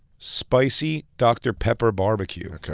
spicy, dr. pepper barbecue. okay.